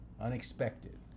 unexpected